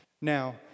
Now